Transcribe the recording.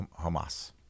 Hamas